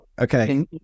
Okay